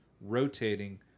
rotating